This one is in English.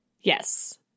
Yes